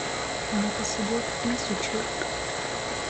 nepasiduok įsiūčiui